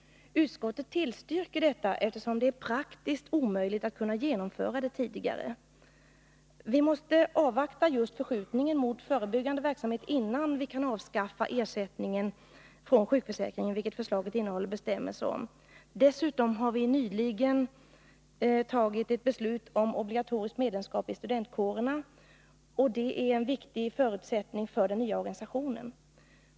Utskottet tillstyrker detta, eftersom det är praktiskt omöjligt att genomföra det tidigare. Vi måste avvakta just förskjutningen mot förebyggande verksamhet innan vi kan avskaffa ersättningen från sjukförsäkringen, vilket förslaget innehåller bestämmelser om. Dessutom har vi nyligen tagit beslut om obligatoriskt medlemskap i studentkårerna, vilket är en viktig förutsättning för den nya organisationen.